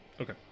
Okay